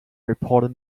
reported